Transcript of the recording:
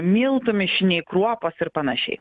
miltų mišiniai kruopos ir panašiai